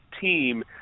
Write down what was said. team